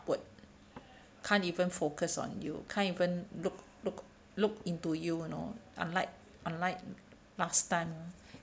ward can't even focus on you can't even look look look into you you know unlike unlike last time